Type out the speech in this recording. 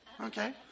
Okay